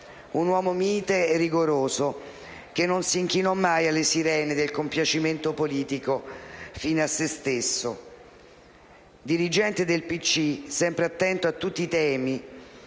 un uomo mite e rigoroso, che non si inchinò mai alle sirene del compiacimento politico fine a se stesso. Dirigente del PCI, sempre attento a tutti i temi